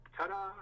Ta-da